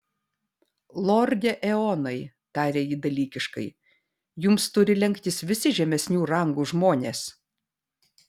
lorde eonai tarė ji dalykiškai jums turi lenktis visi žemesnių rangų žmonės